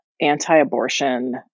anti-abortion